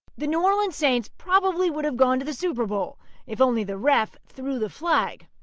the new orleans saints probably would have gone to the super bowl if only the ref threw the flag.